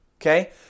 okay